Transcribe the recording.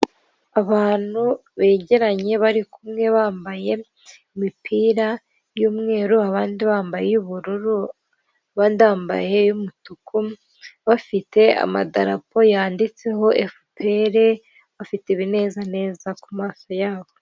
Abantu begeranye bari kumwe bambaye imipira y'umweru abandi bambaye iy'ubururu abandi bambaye iy'umutuku bafite amadarapo yanditseho efuperi bafite ibinezaneza ku maso yabo.